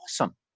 Awesome